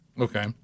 Okay